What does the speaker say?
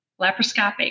laparoscopic